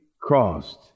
crossed